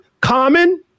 common